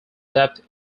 depth